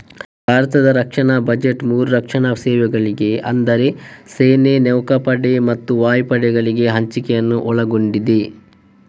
ಭಾರತದ ರಕ್ಷಣಾ ಬಜೆಟ್ ಮೂರು ರಕ್ಷಣಾ ಸೇವೆಗಳಿಗೆ ಅಂದರೆ ಸೇನೆ, ನೌಕಾಪಡೆ ಮತ್ತು ವಾಯುಪಡೆಗಳಿಗೆ ಹಂಚಿಕೆಯನ್ನು ಒಳಗೊಂಡಿದೆ